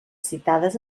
citades